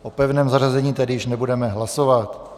O pevném zařazení tedy již nebudeme hlasovat.